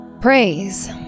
Praise